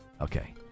Okay